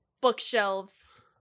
bookshelves